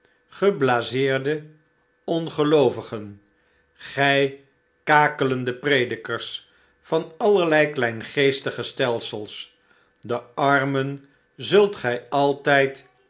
geblazeerde ongeloovigen gij kakelende predikers van allerlei kleingeestige stelsels de armen zult gij altijd